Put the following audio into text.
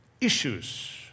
issues